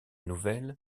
nouvelle